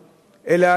אלא,